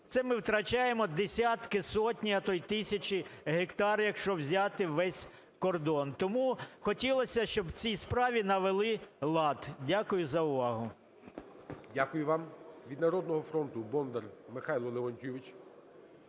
Це ми втрачаємо десятки, сотні, а то й тисячі гектар, якщо взяти весь кордон. Тому хотілося б, щоб в цій справі навели лад. Дякую за увагу. ГОЛОВУЮЧИЙ. Дякую вам. Від "Народного фронту" Бондар Михайло Леонтійович.